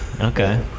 Okay